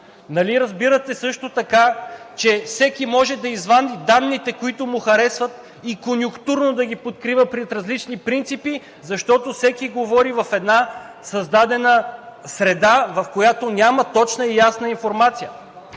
Нали разбирате също така, че всеки може да извади данните, които му харесват, и конюнктурно да ги покрива през различни принципи, защото всеки говори в една създадена среда, в която няма точна и ясна информация.